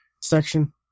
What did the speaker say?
section